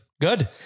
Good